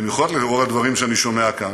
במיוחד לאור הדברים שאני שומע כאן,